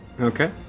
Okay